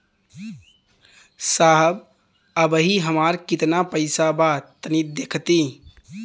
साहब अबहीं हमार कितना पइसा बा तनि देखति?